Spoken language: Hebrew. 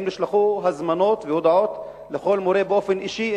האם נשלחו הזמנות והודעות לכל מורה באופן אישי,